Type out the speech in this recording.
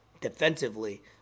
defensively